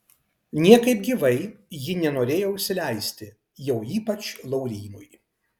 niekaip gyvai ji nenorėjo užsileisti jau ypač laurynui